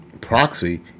proxy